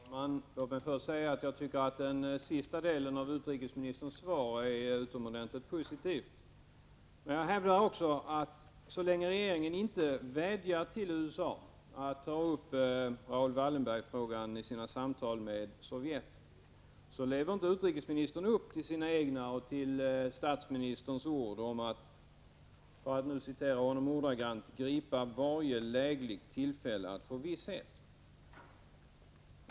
Herr talman! Låt mig först säga att jag tycker att den sista delen av utrikesministerns svar är utomordentligt positiv. Men jag hävdar också att så länge regeringen inte vädjar till USA om att man tar upp Raoul Wallenbergfrågan i sina samtal med Sovjets företrädare, lever inte utrikesministern upp till sina egna och till statsministerns ord om att — jag citerar ordagrant—” gripa varje lägligt tillfälle att få klarhet”.